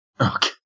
Okay